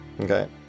Okay